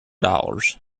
dollars